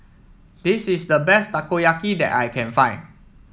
this is the best Takoyaki that I can find